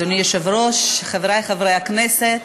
אדוני היושב-ראש, חברי חברי הכנסת,